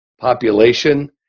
population